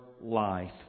life